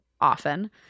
often